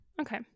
Okay